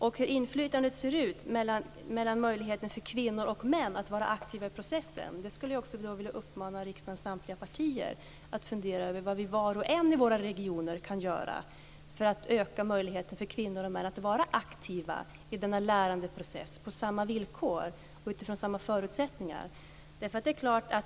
Hur ser inflytandet ut mellan möjligheter för kvinnor och män att vara aktiva i processen? Där skulle jag vilja uppmana riksdagens samtliga partier att fundera över vad vi var och en i våra regioner kan göra för att öka möjligheter för kvinnor och män att vara aktiva i denna lärandeprocess på samma villkor och utifrån samma förutsättningar.